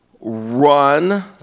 Run